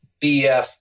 BF